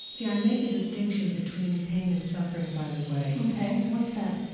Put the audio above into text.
see, i make a distinction between pain and suffering, by the way ok. what's that?